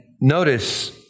notice